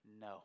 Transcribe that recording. no